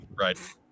Right